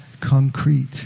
concrete